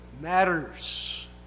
matters